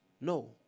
No